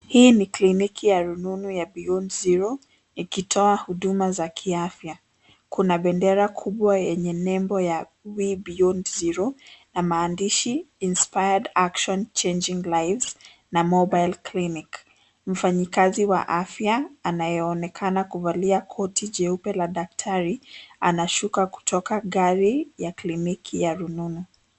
Hii ni kliniki ya rununu ya Beyond Zero, ikitoa huduma za kiafya. Kuna bendera kubwa yenye nembo ya Way Beyond Zero na maandishi, Inspired Action Changing Lives na Mobile Clinic . Mfanyikazi wa afya anayeonekana kuvalia koti jeupe la daktari anashuka kutoka gari ya kliniki ya rununu.